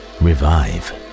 revive